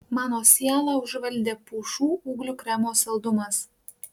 mano sielą užvaldė pušų ūglių kremo saldumas